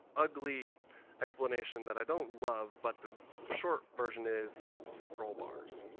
ugly explanation that i don't love, but the short version is scroll bars.